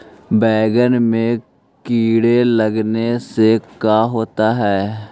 बैंगन में कीड़े लगने से का होता है?